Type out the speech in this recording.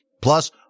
plus